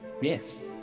Yes